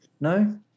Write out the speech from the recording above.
No